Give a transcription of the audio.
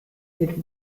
mit